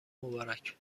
مبارک